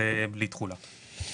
בלי תחולה.